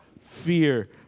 fear